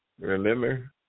Remember